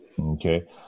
Okay